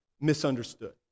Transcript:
misunderstood